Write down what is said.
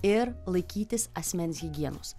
ir laikytis asmens higienos